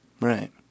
Right